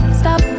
stop